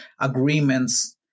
agreements